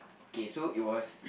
okay so it was